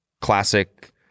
classic